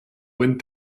went